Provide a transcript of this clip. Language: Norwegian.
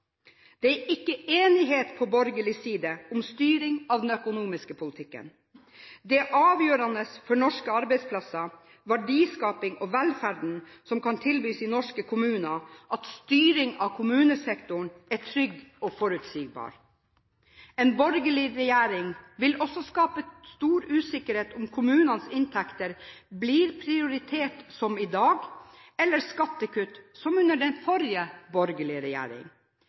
Det er ikke enighet på borgerlig side om styring av den økonomiske politikken. Det er avgjørende for norske arbeidsplasser, for verdiskapingen og for velferden som kan tilbys i norske kommuner, at styring av kommunesektoren er trygg og forutsigbar. En borgerlig regjering vil også skape stor usikkerhet om kommunenes inntekter blir prioritert som i dag, eller om det blir skattekutt som under den forrige borgerlige